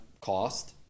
cost